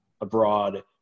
abroad